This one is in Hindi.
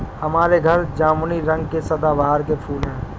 हमारे घर जामुनी रंग के सदाबहार के फूल हैं